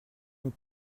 nous